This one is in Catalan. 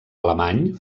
alemany